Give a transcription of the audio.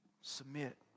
Submit